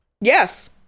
yes